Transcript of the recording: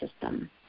system